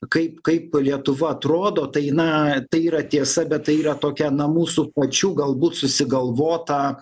kaip kaip lietuva atrodo tai na tai yra tiesa bet tai yra tokia na mūsų pačių galbūt susigalvota